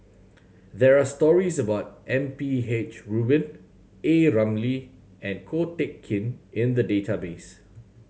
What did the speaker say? there are stories about M P H Rubin A Ramli and Ko Teck Kin in the database